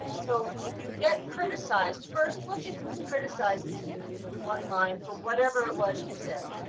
so if you get criticized, first look at who's criticizing you online for whatever it was you said.